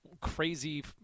crazy